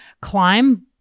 climb